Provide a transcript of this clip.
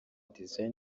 design